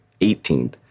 18th